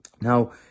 Now